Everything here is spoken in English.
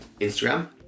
Instagram